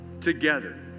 together